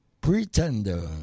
Pretender